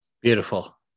Beautiful